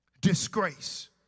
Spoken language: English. disgrace